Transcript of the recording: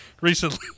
recently